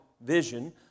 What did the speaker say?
vision